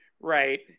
right